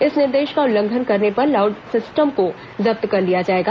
इस निर्देष का उल्लंघन करने पर साउड सिस्टम को जब्त कर लिया जाएगा